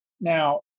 Now